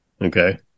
Okay